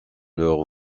leurs